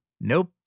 nope